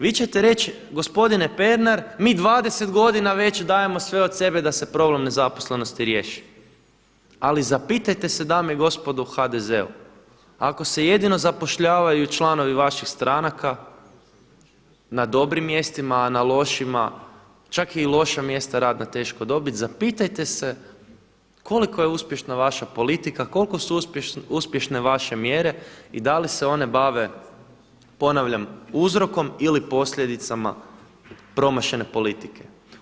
Vi ćete reći gospodine Pernar, mi 20 godina već dajemo sve od sebe da se problem nezaposlenosti riješi, ali zapitajte se dame i gospodo u HDZ-u ako se jedino zapošljavaju članovi vaših stranaka na dobrim mjestima na lošima čak je i loša mjesta radna dobiti, zapitajte se koliko je uspješna vaša politika, koliko su uspješne vaše mjere i da li se one bave, ponavljam uzrokom ili posljedicama promašene politike.